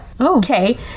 okay